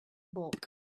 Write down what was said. bulk